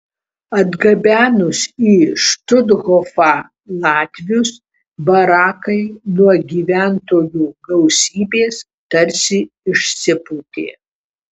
atgabenus į štuthofą latvius barakai nuo gyventojų gausybės tarsi išsipūtė